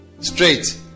Straight